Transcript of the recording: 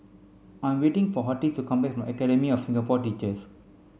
I'm waiting for Hortense to come back from Academy of Singapore Teachers